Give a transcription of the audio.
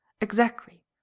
Exactly